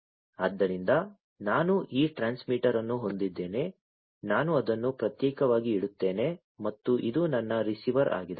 ಆದ್ದರಿಂದ ನಾನು ಈ ಟ್ರಾನ್ಸ್ಮಿಟರ್ ಅನ್ನು ಹೊಂದಿದ್ದೇನೆ ನಾನು ಅದನ್ನು ಪ್ರತ್ಯೇಕವಾಗಿ ಇಡುತ್ತೇನೆ ಮತ್ತು ಇದು ನನ್ನ ರಿಸೀವರ್ ಆಗಿದೆ